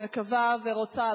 אני מקווה ורוצה,